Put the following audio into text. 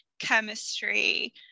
chemistry